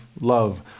love